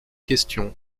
questions